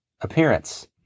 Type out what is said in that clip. appearance